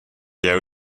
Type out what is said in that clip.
jeu